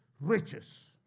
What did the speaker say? riches